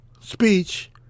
speech